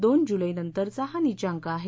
दोन जुलैनंतरचा हा नीचांक आहे